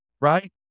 right